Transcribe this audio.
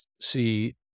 see